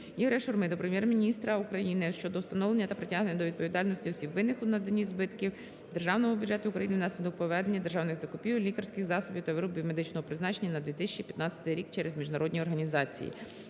Ігоря Шурми до Прем'єр-міністра України щодо встановлення та притягнення до відповідальності осіб, винних у завданні збитків Державному бюджету України внаслідок проведення державних закупівель лікарських засобів та виробів медичного призначення на 2015 рік через міжнародні організації.